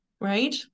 right